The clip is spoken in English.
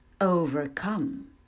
overcome